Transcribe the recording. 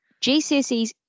GCSEs